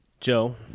Joe